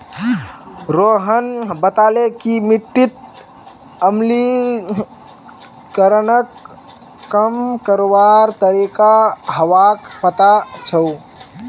रोहन बताले कि मिट्टीत अम्लीकरणक कम करवार तरीका व्हाक पता छअ